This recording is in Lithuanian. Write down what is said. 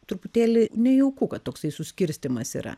truputėlį nejauku kad toksai suskirstymas yra